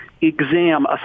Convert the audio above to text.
Exam